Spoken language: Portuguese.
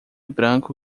branco